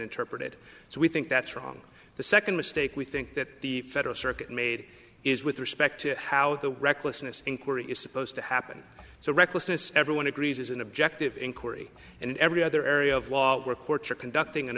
interpreted so we think that's wrong the second mistake we think that the federal circuit made is with respect to how the recklessness inquiry is supposed to happen so recklessness everyone agrees is an objective inquiry in every other area of law where courts are conducting an